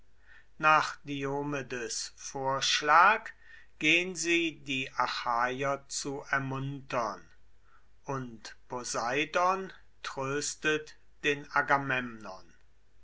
nach diomedes vorschlag gehn sie die achaier zu ermuntern und poseidon tröstet den